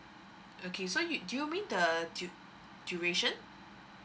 okay so you do you mean the du~ duration